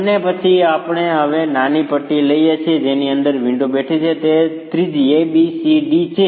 અને પછી આપણે એક નાની પટ્ટી લઈએ છીએ જેની અંદર વિન્ડો બેઠી છે તે ત્રીજી A B C D છે